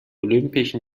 olympischen